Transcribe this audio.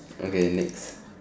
okay next